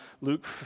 Luke